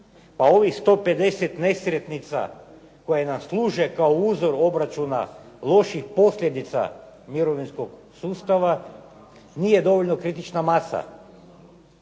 pa ovih 150 nesretnica koje nam služe kao uzor obračuna loših posljedica mirovinskog sustava nije dovoljno kritična masa,